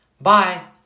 Bye